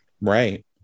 Right